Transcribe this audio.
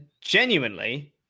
Genuinely